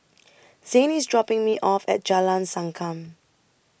Zayne IS dropping Me off At Jalan Sankam